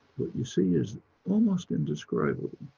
what you see is almost indescribable.